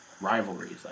rivalries